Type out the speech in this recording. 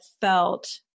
felt